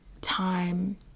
time